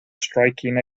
striking